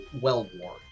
well-worn